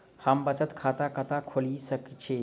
हम बचत खाता कतऽ खोलि सकै छी?